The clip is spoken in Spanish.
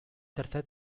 tercer